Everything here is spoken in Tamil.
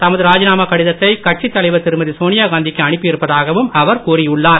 தமது ராஜினாமா கடிதத்தை கட்சி தலைவர் திருமதி சோனியாகாந்திக்கு அனுப்பி இருப்பதாகவும் அவர் கூறி உள்ளார்